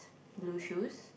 blue shoes